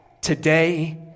Today